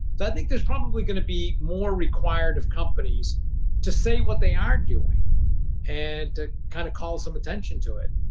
i think there's probably going to be more required of companies to say what they are doing and to kind of call some attention to it.